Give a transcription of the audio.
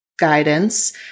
guidance